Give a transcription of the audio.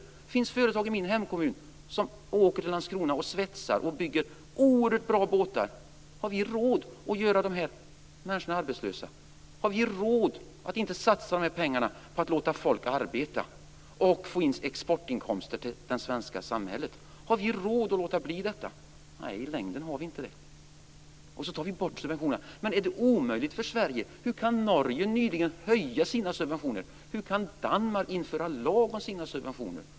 Det finns företag i min hemkommun som åker till Landskrona och svetsar och bygger oerhört bra båtar. Har vi råd att göra dessa människor arbetslösa? Har vi råd att inte satsa dessa pengar på att låta folk arbeta och få in exportinkomster till det svenska samhället? Har vi råd att låta bli detta? Nej, i längden har vi inte det. Vi tar bort subventionerna. Är det omöjligt för Sverige ha dem kvar? Hur kan Norge nyligen höja sina subventioner? Hur kan Danmark införa lag om sina subventioner?